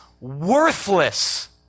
worthless